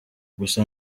gusa